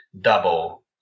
double